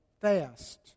fast